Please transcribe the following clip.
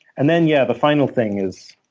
and then, yeah, the final thing is,